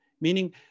meaning